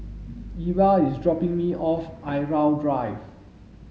Eva is dropping me off at Irau Drive